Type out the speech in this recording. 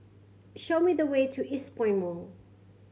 show me the way to Eastpoint Mall